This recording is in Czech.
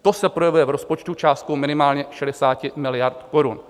To se projevuje v rozpočtu částkou minimálně 60 miliard korun.